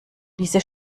diese